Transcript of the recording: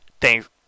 Thanks